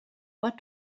what